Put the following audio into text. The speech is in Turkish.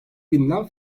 binden